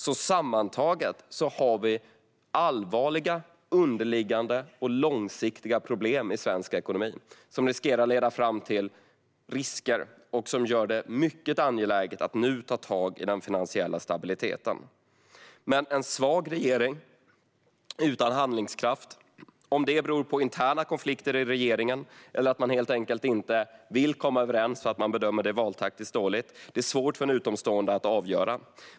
Sammantaget har vi allvarliga underliggande och långsiktiga problem i svensk ekonomi, som riskerar att leda fram till risker och som gör det mycket angeläget att nu ta tag i den finansiella stabiliteten. Vi har en svag regering utan handlingskraft. Om det beror på interna konflikter i regeringen eller på att man helt enkelt inte vill komma överens för att man bedömer det som valtaktiskt dåligt är svårt för en utomstående att avgöra.